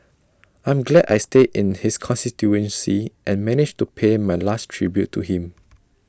I'm glad I stay in his constituency and managed to pay my last tribute to him